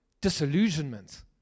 Disillusionment